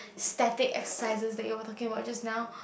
static exercises that you were talking about just now